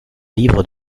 livre